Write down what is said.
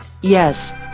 Yes